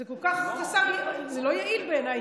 זה כל כך חסר, זה לא יעיל בעיניי.